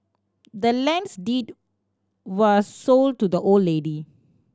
the land's deed was sold to the old lady